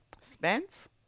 Spence